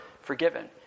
forgiven